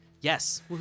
yes